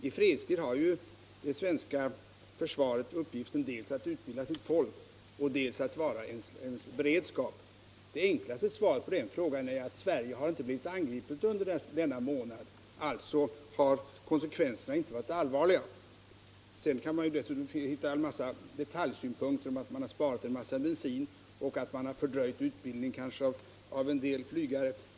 I fredstid har ju det svenska försvaret uppgiften dels att utbilda sitt folk, dels att utgöra en beredskap. Det enklaste svaret på frågan är att Sverige inte har blivit angripet under dessa månader, och alltså har konsekvenserna inte varit allvarliga. Dessutom kan anföras en mängd detaljsynpunkter, att man har spart en massa bensin och man har fördröjt utbildningen av en del flygare.